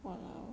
!walao!